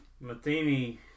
Matheny